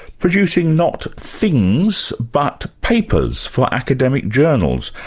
producing not things, but papers for academic journals.